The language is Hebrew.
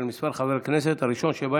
מס' 1020,